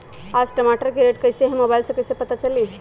आज टमाटर के रेट कईसे हैं मोबाईल से कईसे पता चली?